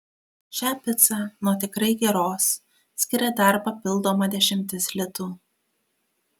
šią picą nuo tikrai geros skiria dar papildoma dešimtis litų